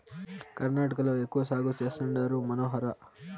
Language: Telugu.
కర్ణాటకలో ఎక్కువ సాగు చేస్తండారు మనోహర